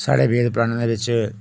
साढ़े वेद पुराणें दे बिच